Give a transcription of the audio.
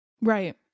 right